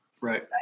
Right